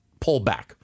pullback